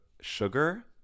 sugar